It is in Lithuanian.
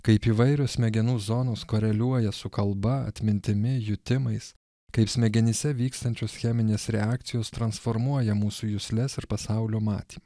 kaip įvairios smegenų zonos koreliuoja su kalba atmintimi jutimais kaip smegenyse vykstančios cheminės reakcijos transformuoja mūsų jusles ir pasaulio matymą